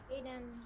Aiden